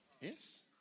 Yes